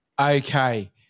Okay